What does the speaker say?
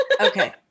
okay